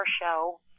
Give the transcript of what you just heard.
show